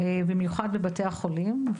במיוחד בבתי החולים.